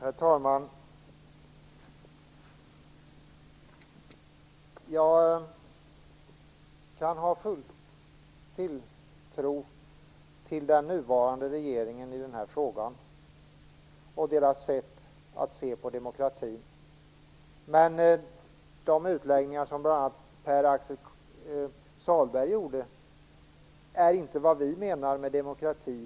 Herr talman! Jag har full tilltro till den nuvarande regeringen i den här frågan och deras sätt att se på demokratin. Men de utläggningar som bl.a. Pär-Axel Sahlberg gjorde är inte vad vi menar med demokrati.